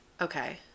okay